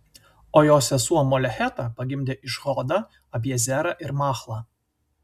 o jo sesuo molecheta pagimdė išhodą abiezerą ir machlą